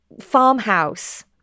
farmhouse